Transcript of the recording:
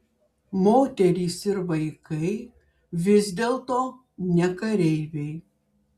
moterys ir vaikai vis dėlto ne kareiviai